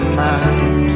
mind